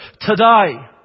today